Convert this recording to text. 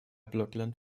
blokland